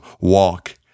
walk